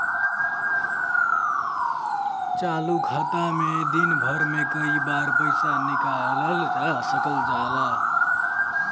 चालू खाता में दिन भर में कई बार पइसा निकालल जा सकल जाला